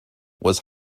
was